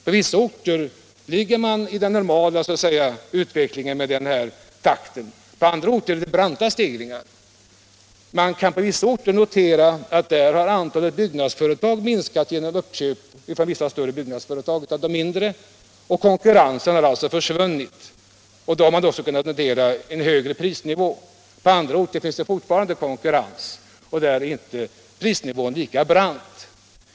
På vissa orter ligger ökningarna inom ramen för den normala prisutvecklingen. På andra orter förekommer branta stegringar. Man kan på vissa orter notera att antalet byggnadsföretag minskat genom att vissa större byggnadsföretag köpt upp de mindre. Konkurrensen har därigenom försvunnit, och då har man också kunnat notera en högre prisnivå. På andra orter råder fortfarande konkurrens, och där stiger inte prisnivån lika brant.